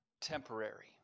temporary